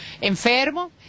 enfermo